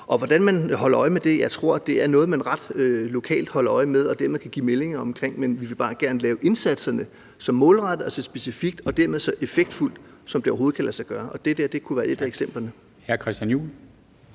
hvordan man holder øje med det, tror jeg, det er noget, man ret lokalt holder øje med og dermed kan give meldinger omkring. Men vi vil bare gerne lave indsatserne så målrettede og så specifikke og dermed så effektfulde, som det overhovedet kan lade sig gøre. Og det der kunne være et af eksemplerne.